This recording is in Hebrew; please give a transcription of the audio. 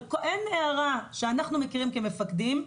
אין הערה שאנחנו מכירים, כמפקדים,